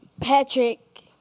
Patrick